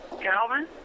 Calvin